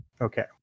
Okay